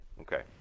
Okay